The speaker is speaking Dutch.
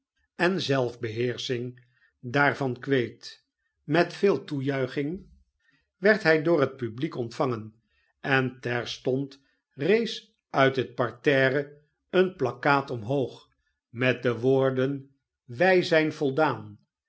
en zelfbeheersching daarvan kweet met veel toejuiching werd hij door het publiek ontvangen en terstond rees uit het parterre een plakkaat omhoog met de woorden wij zijn voldaan